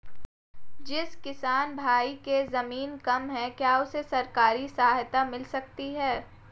जिस किसान भाई के ज़मीन कम है क्या उसे सरकारी सहायता मिल सकती है?